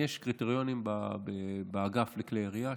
יש קריטריונים באגף לכלי ירייה.